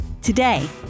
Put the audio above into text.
Today